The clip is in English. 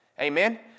Amen